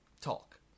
talk